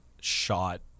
shot